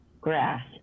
grass